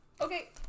Okay